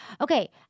Okay